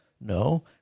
No